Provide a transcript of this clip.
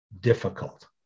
difficult